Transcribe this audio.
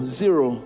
zero